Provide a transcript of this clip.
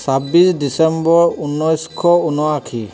ছাব্বিছ ডিচেম্বৰ ঊনৈছশ উনাশী